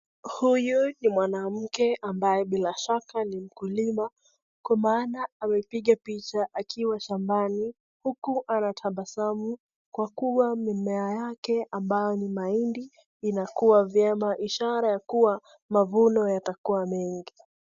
Huyu ni mwanamke ambaye bila shaka ni mkulima kwa maana amepiga picha akiwa shambani huku anatabasamu kwa kuwa mimea yake ambayo ni mahindi inakua vyema ishara ya kuwa mavuno yatakuwa mengi.